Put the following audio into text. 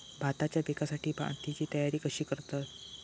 भाताच्या पिकासाठी मातीची तयारी कशी करतत?